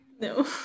No